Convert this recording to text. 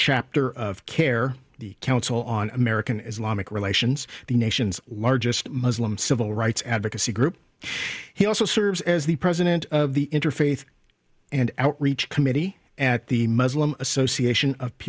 chapter of care the council on american islamic relations the nation's largest muslim civil rights advocacy group he also serves as the president of the interfaith and outreach committee at the muslim association